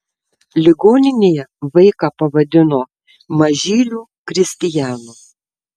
ligoninėje vaiką pavadino mažyliu kristijanu